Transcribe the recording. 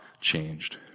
changed